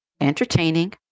entertaining